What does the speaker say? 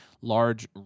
large